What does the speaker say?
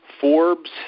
Forbes